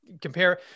compare